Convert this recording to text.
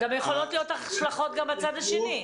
יכולות להיות גם השלכות לצד השני.